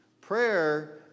Prayer